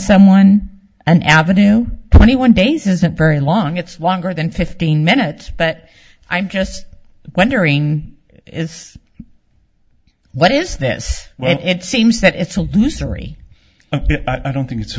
someone an avenue twenty one days isn't very long it's want or than fifteen minutes but i'm just wondering is what is that well it seems that it's a loser i don't think it's a